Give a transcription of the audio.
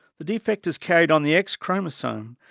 the defect is carried on the x chromosome,